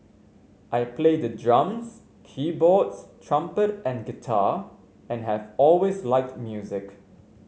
I play the drums keyboards trumpet and guitar and have always liked music